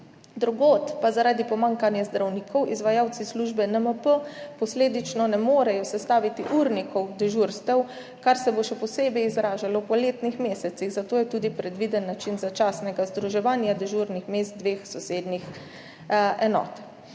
Drugod pa zaradi pomanjkanja zdravnikov izvajalci službe NMP posledično ne morejo sestaviti urnikov dežurstev, kar se bo še posebej izražalo v poletnih mesecih, zato je tudi predviden način začasnega združevanja dežurnih mest dveh sosednjih enot.